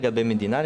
לגבי מדינה,